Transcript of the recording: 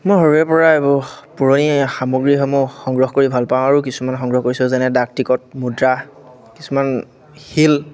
মই সৰুৰেপৰাই এইবোৰ পুৰণি সামগ্ৰীসমূহ সংগ্ৰহ কৰি ভাল পাওঁ আৰু কিছুমান সংগ্ৰহ কৰিছোঁ যেনে ডাকটিকট মুদ্ৰা কিছুমান শিল